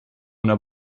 una